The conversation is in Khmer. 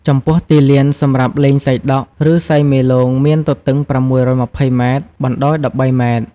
ចំពោះទីលានសម្រាប់លេងសីដក់ ឬ សីមេលោងមានទទឹង ៦២០ម៉ែត្រ បណ្ដោយ១៣ម៉ែត្រ ។